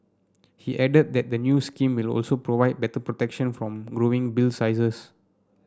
he added that the new scheme will also provide better protection from growing bill sizes